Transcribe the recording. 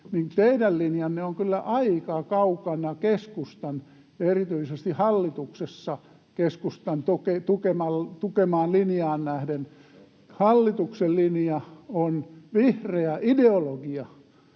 teidän linjanne on kyllä aika kaukana keskustan ja erityisesti hallituksessa keskustan tukemaan linjaan nähden. [Petri Huru: Totta!] Hallituksen linja on vihreä ideologia,